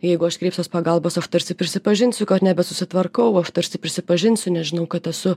jeigu aš kreipsiuos pagalbos aš tarsi prisipažinsiu kad nebesusitvarkau aš tarsi prisipažinsiu nežinau kad esu